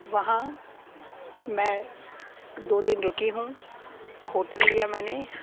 وہاں میں دو دن رکی ہوں ہوٹل لیا میں نے